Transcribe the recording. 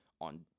on